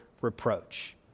reproach